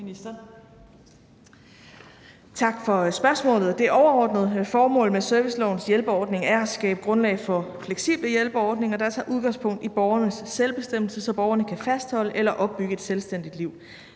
Tak for spørgsmålet. Det overordnede formål med servicelovens hjælpeordning er at skabe grundlag for fleksible hjælpeordninger, der tager udgangspunkt i borgernes selvbestemmelse, så borgerne kan fastholde eller opbygge et selvstændigt liv.